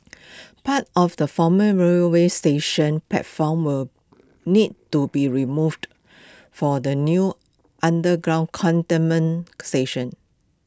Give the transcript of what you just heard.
parts of the former railway station's platform will need to be removed for the new underground Cantonment station